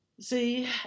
see